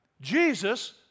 Jesus